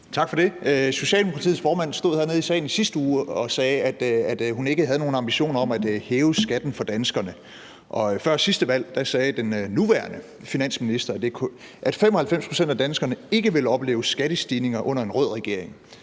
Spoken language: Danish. Tak for det. Socialdemokratiets formand stod hernede i salen i sidste uge og sagde, at hun ikke havde nogen ambitioner om at hæve skatten for danskerne. Før sidste valg sagde den nuværende finansminister, at 95 pct. af danskerne ikke ville opleve skattestigninger under en rød regering.